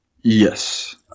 Yes